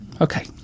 Okay